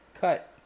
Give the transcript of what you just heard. cut